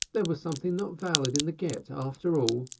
there was something not valid in the gett after all.